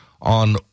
on